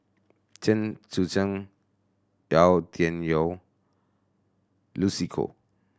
Chen Sucheng Yau Tian Yau Lucy Koh